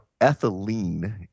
ethylene